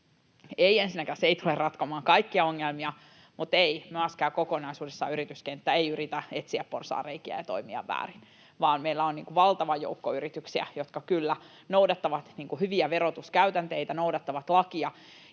ei ensinnäkään tule ratkomaan kaikkia ongelmia, mutta ei, myöskään kokonaisuudessaan yrityskenttä ei yritä etsiä porsaanreikiä ja toimia väärin. Meillä on valtava joukko yrityksiä, jotka kyllä noudattavat hyviä verotuskäytänteitä, noudattavat lakia,